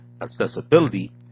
accessibility